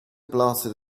blasted